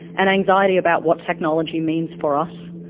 an anxiety about what technology means for us,